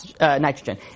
nitrogen